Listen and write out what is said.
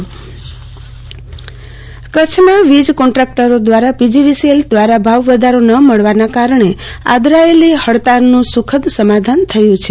આરતી ભક્ટ પીજીવીસીએલ કચ્છના વીજ કોન્ટ્રાક્ટરો દ્વારા પીજીવીસીએલ દ્વારા ભાવવધારો ન મળવાના કારણે આદરાયેલી હડતાળનું સુખદ સમાધાન થયું છે